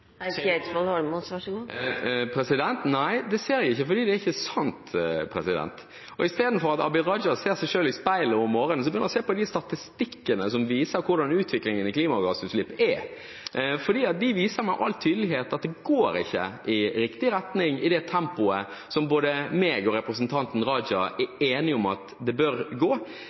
at Abid Raja ser seg selv i speilet om morgenen, bør han se på de statistikkene som viser hvordan utviklingen i klimagassutslipp er. De viser med all tydelighet at det ikke går i riktig retning og i det tempoet som både jeg og representanten Raja er